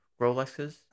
Rolexes